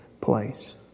place